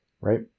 right